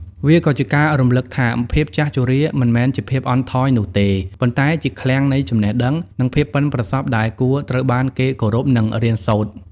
វាក៏ជាការរំលឹកថា ភាពចាស់ជរាមិនមែនជាភាពអន់ថយនោះទេ ប៉ុន្តែជាឃ្លាំងនៃចំណេះដឹង និងភាពប៉ិនប្រសប់ដែលគួរត្រូវបានគេគោរព និងរៀនសូត្រ។